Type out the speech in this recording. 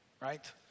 right